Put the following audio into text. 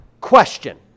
question